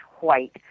white